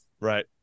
Right